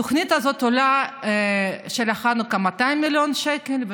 התוכנית של חנוכה עולה 200 מיליון שקל,